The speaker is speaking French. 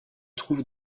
trouve